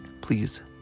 please